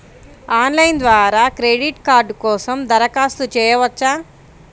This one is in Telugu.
ఆన్లైన్ ద్వారా క్రెడిట్ కార్డ్ కోసం దరఖాస్తు చేయవచ్చా?